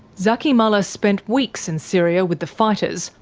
zaky mallah spent weeks in syria with the fighters,